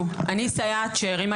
אני סייעת שהרימה